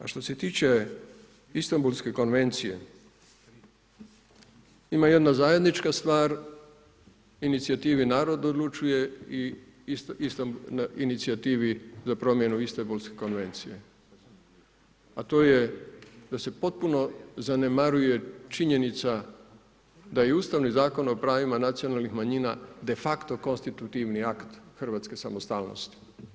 A što se tiče Istambulske konvencije, ima jedna zajednička stvar, inicijativi narod odlučuje i inicijativi za promjenu Istambulske konvencije, a to je da se potpuno zanemaruje činjenica da je Ustavni Zakon o pravima nacionalnih manjina, de facto konstitutivni akt Hrvatske samostalnosti.